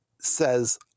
says